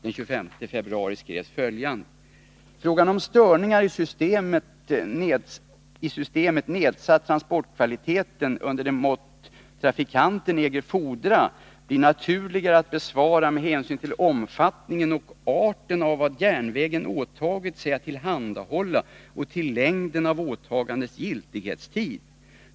Den 25 februari skrevs följande: ”Frågan om störningar i systemet nedsatt transportkvaliteten under det mått trafikanten äger fordra blir naturligare att besvara med hänsyn till omfattningen och arten av vad järnvägen åtagit sig att tillhandahålla och till längden av åtagandets giltighetstid.